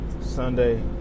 Sunday